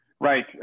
Right